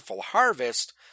harvest